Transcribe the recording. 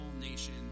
nation